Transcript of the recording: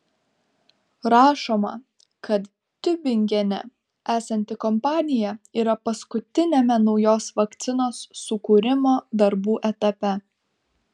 rašoma kad tiubingene esanti kompanija yra paskutiniame naujos vakcinos sukūrimo darbų etape